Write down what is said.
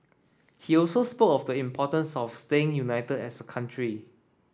he also spoke of the importance of staying united as a country